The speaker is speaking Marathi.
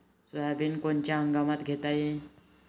सोयाबिन कोनच्या हंगामात घेता येईन?